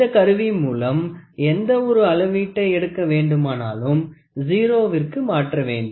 இந்த கருவி மூலம் எந்த ஒரு அளவீட்டு எடுக்க வேண்டுமானாலும் 0 விற்கு மாற்ற வேண்டும்